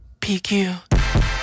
PQ